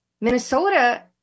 Minnesota